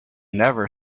never